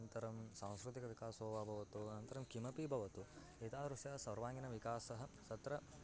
अनन्तरं सांस्कृतिकविकासः वा भवतु अनन्तरं किमपि भवतु एतादृशः सर्वाङ्गीनविकासः तत्र